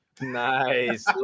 Nice